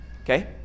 okay